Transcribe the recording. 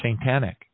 satanic